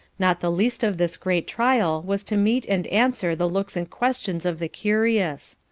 not the least of this great trial was to meet and answer the looks and questions of the curious.